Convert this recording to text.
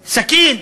סכין,